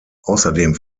außerdem